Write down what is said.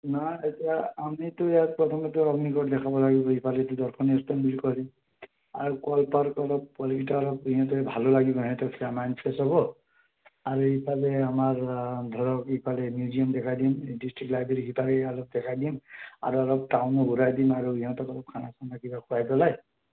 নাই এতিয়া আমিতো ইয়াত প্ৰথমতে অগ্নিগড় দেখাব লাগিব ইফালে এইটো দৰ্শনীয় স্থান বুলি কয় আৰু ক'ল পাৰ্ক অলপ পোৱালীকেইটা অলপ ইহঁতে ভালো লাগিব সিহঁতৰ মাইণ্ড ফ্ৰেছ হ'ব আৰু ইফালে আমাৰ ধৰা ধৰক ইফালে মিউজিয়াম দেখাই দিম ডিষ্ট্ৰিক্ট লাইব্ৰেৰী সিফালে অলপ দেখাই দিম আৰু অলপ টাউনো ঘূৰাই দিম আৰু সিহঁতক আৰু খানা চানা কিবা খুৱাই পেলাই